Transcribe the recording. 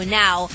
now